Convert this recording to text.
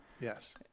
Yes